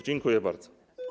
Dziękuję bardzo.